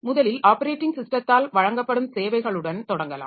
முதலில் ஆப்பரேட்டிங் ஸிஸ்டத்தால் வழங்கப்படும் சேவைகளுடன் தொடங்கலாம்